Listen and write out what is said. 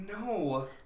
No